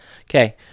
Okay